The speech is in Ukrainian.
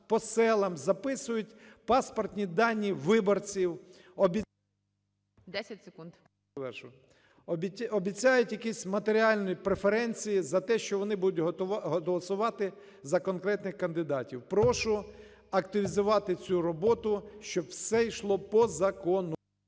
секунд. АРЕШОНКОВ В.Ю. … обіцяють якісь матеріальні преференції за те, що вони будуть голосувати за конкретних кандидатів. Прошу активізувати цю роботу, щоб все йшло по закону.